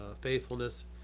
faithfulness